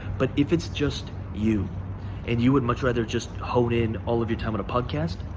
but if it's just you and you would much rather just hone in all of your time on a podcast,